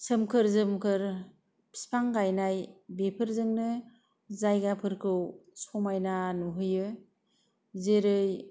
सोमखोर सोमखोर बिफां गायनाय बेफोरजोंनो जायगाफोरखौ समायना नुहैयो जेरै